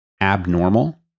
abnormal